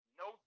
no